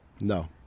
No